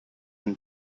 and